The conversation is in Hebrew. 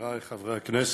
חברי חברי הכנסת,